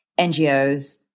NGOs